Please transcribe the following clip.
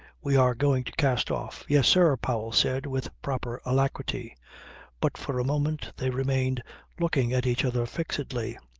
we are going to cast off. yes, sir, powell said with proper alacrity but for a moment they remained looking at each other fixedly.